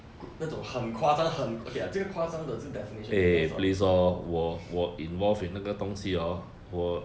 go~ 那种很夸张很 okay lah 这个夸张的是 definitely depends lor